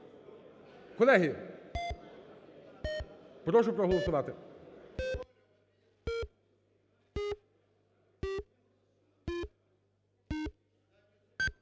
Колеги, прошу проголосувати.